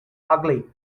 ugly